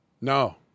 No